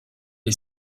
est